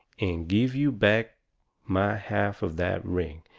and give you back my half of that ring,